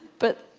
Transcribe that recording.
but,